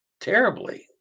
terribly